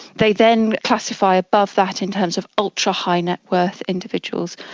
they then classify above that in terms of ultrahigh net worth individuals,